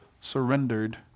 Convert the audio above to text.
surrendered